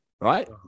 right